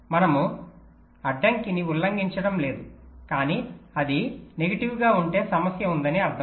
మనము అడ్డంకిని ఉల్లంఘించడం లేదు కానీ అది ప్రతికూలంగా ఉంటే సమస్య ఉందని అర్థం